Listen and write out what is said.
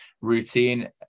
routine